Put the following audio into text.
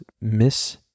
Miss